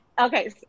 okay